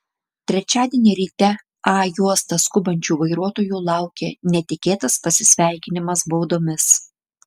trečiadienį ryte a juosta skubančių vairuotojų laukė netikėtas pasisveikinimas baudomis